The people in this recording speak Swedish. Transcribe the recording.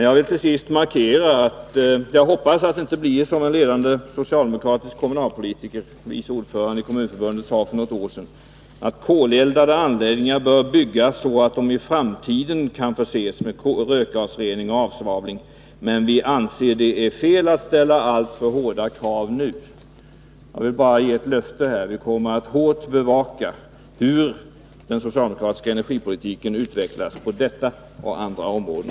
Jag vill till sist markera att jag hoppas att man inte delar den uppfattning som en ledande socialdemokratisk kommunalpolitiker, vice ordföranden i Kommunförbundet, uttryckte för något år sedan: Koleldade anläggningar bör byggas så, att de i framtiden kan förses med rökgasrening och avsvavling, men vi anser att det är fel att ställa alltför hårda krav nu. Jag vill ge ett löfte. Vi kommer att hårt bevaka hur den socialdemokratiska energipolitiken framöver utvecklas på detta och andra områden.